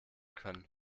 können